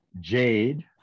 jade